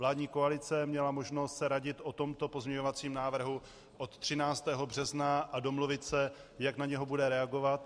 Vládní koalice měla možnost se radit o tomto pozměňovacím návrhu od 13. března a domluvit se, jak na něj bude reagovat.